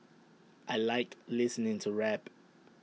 I Like listening to rap